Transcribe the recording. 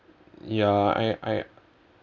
ya I I